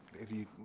if you,